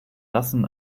lassen